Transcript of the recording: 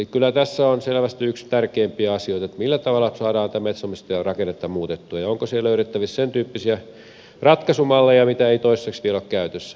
eli kyllä tässä on selvästi yksi tärkeimpiä asioita millä tavalla saadaan tätä metsänomistajarakennetta muutettua ja onko siihen löydettävissä sentyyppisiä ratkaisumalleja joita ei toistaiseksi vielä ole käytössä